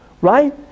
right